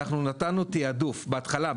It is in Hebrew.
אנחנו נתנו תיעדוף בהתחלה.